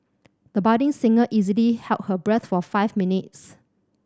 the budding singer easily held her breath for five minutes